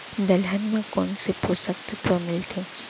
दलहन म कोन से पोसक तत्व मिलथे?